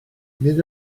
nid